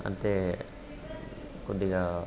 అంతే కొద్దిగా